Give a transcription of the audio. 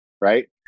right